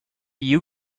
you